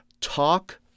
talk